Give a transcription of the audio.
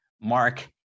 mark